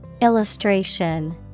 Illustration